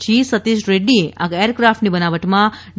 જી સતિષ રેડ્ડીએ આ એર ક્રાફ્ટની બનાવટમાં ડી